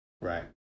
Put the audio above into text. Right